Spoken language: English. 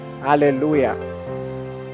Hallelujah